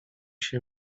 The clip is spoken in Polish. się